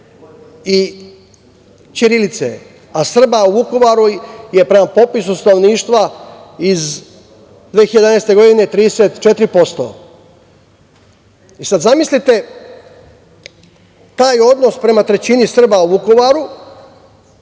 i ćirilice, a Srba u Vukovaru je prema popisu stanovništva iz 2011. godine 34%.Zamislite sad taj odnos prema trećini Srba u Vukovaru